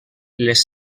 les